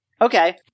Okay